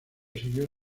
siguió